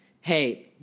hey